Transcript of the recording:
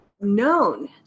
known